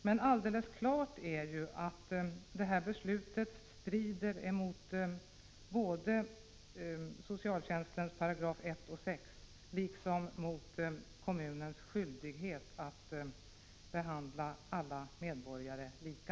Men alldeles klart är att beslutet strider både mot — Meddelande om socialtjänstlagens §§ 1 och 6 och mot kommunens skyldighet att behandla interpellationer alla medborgare lika.